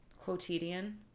Quotidian